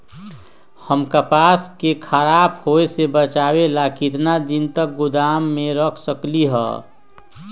हम कपास के खराब होए से बचाबे ला कितना दिन तक गोदाम में रख सकली ह?